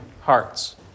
hearts